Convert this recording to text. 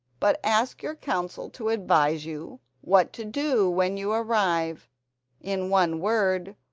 but ask your council to advise you what to do when you arrive in one word,